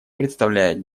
представляет